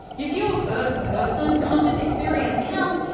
if your first person, conscious experience counts,